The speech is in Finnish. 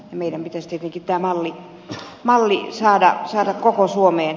meidän pitäisi tietenkin tämä malli saada koko suomeen